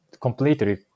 completely